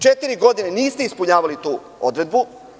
Četiri godine niste ispunjavali tu odredbu.